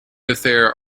affair